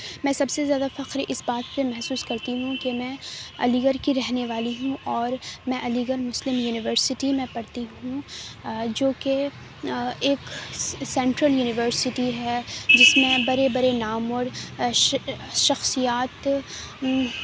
میں سب سے زیادہ فخر اس بات پہ محسوس کرتی ہوں کہ میں علی گڑھ کی رہنے والی ہوں اور میں علی گڑھ مسلم یونیورسٹی میں پڑھتی ہوں جوکہ ایک سینٹرل یونیورسٹی ہے جس میں بڑے بڑے نامور شخصیات